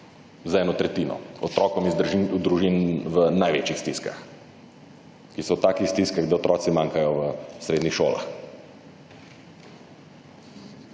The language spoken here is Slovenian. za eno tretjino, otrokom iz družin v največjih stiskah, ki so v takih stiskah, da otroci manjkajo v srednjih šolah.